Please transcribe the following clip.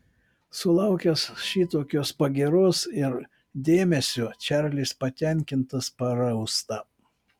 sulaukęs šitokios pagyros ir dėmesio čarlis patenkintas parausta